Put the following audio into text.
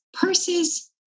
purses